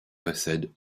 possède